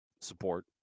support